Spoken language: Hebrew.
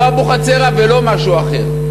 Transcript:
לא אבוחצירא ולא משהו אחר.